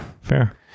Fair